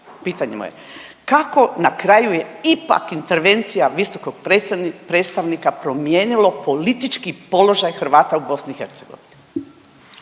pitanje moje, kako na kraju je ipak intervencija visokog predstavnika promijenilo politički položaj Hrvata u BiH?